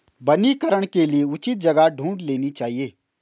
वनीकरण के लिए उचित जगह ढूंढ लेनी चाहिए